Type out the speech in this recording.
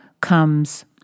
comes